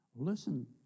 Listen